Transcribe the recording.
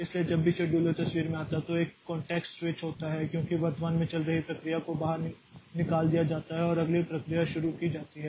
इसलिए जब भी शेड्यूलर तस्वीर में आता है तो एक कॉंटेक्स्ट स्विच होता है क्योंकि वर्तमान में चल रही प्रक्रिया को बाहर निकाल दिया जाता है और अगली प्रक्रिया शुरू की जाती है